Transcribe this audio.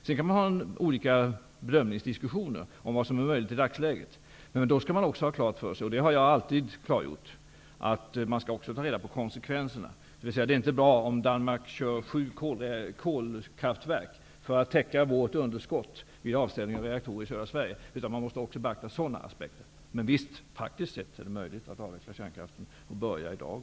Sedan kan olika bedömningsdiskussioner föras om vad som är möjligt i dagsläget, men då skall man också ha klart för sig -- det har jag alltid klargjort -- att man skall ta reda på konsekvenserna. Det är alltså inte bra om Danmark kör sju kolkraftverk för att täcka vårt underskott vid avställningen av reaktorer i södra Sverige, utan sådana aspekter måste också beaktas. Men visst är det möjligt, praktiskt sett, att avveckla kärnkraften och att börja i dag.